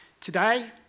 Today